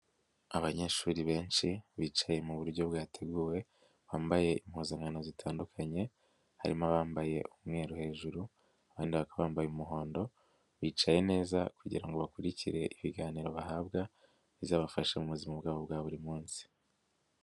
Abanyeshuri benshi, bicaye mu buryo bwateguwe, bambaye impuzankano zitandukanye, harimo abambaye umweru hejuruka, abandi bakaba bambaye umuhondo, bicaye neza kugira ngo bakurikire ibiganiro bahabwa, bizabafasha mu buzima bwabo bwa buri munsi.